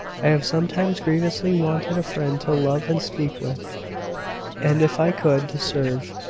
i have sometimes grievously wanted a friend to love and speak with and if i could, to serve.